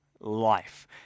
life